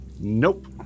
Nope